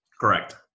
Correct